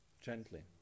gently